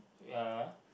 uh